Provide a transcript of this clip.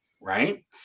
right